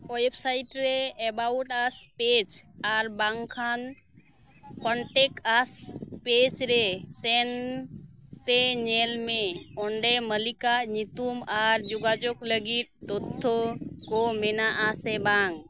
website ᱨᱮ about us page ᱟᱨ ᱵᱟᱝᱠᱷᱟᱱ ᱠᱚᱱᱴᱮᱠᱴ ᱟᱥᱠ ᱯᱮᱡᱽ ᱨᱮ ᱥᱮᱱᱛᱮ ᱧᱮᱞ ᱢᱮ ᱚᱸᱰᱮ ᱢᱟᱞᱤᱠᱟᱜ ᱧᱩᱛᱩᱢ ᱟᱨ ᱡᱳᱜᱟᱡᱳᱜᱽ ᱞᱟᱹᱜᱤᱫ ᱛᱚᱛᱛᱷᱚ ᱠᱚ ᱢᱮᱱᱟᱜᱼᱟ ᱥᱮ ᱵᱟᱝ